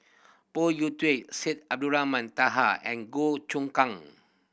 Phoon Yew Tien Syed Abdulrahman Taha and Goh Choon Kang